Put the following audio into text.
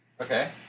Okay